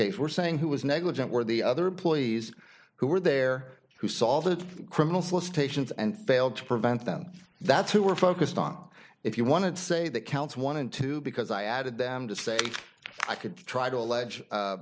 case we're saying who was negligent where the other employees who were there who saw the criminal solicitations and failed to prevent them that's who we're focused on if you want to say that counts one and two because i added them to say i could try to